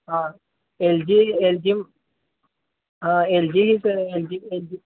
हां L G L G हां L G L G L जी